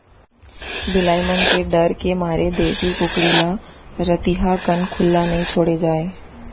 बिलाई मन के डर के मारे देसी कुकरी ल रतिहा कन खुल्ला नइ छोड़े जाए